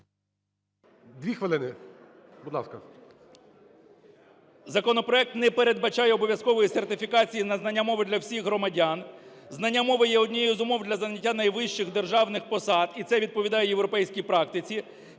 2 хвилини, будь ласка. КНЯЖИЦЬКИЙ М.Л. Законопроект не передбачає обов'язкової сертифікації на знання мови для всіх громадян. Знання мови є однією з умов для заняття найвищих державних посад, і це відповідає європейській практиці.